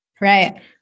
right